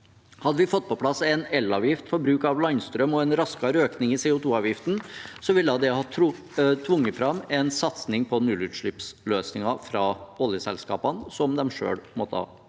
Hadde vi fått på plass en elavgift for bruk av landstrøm og en raskere økning i CO2-avgiften, ville det tvunget fram en satsing på nullutslippsløsninger fra oljeselskapene som de selv måtte ha